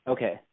Okay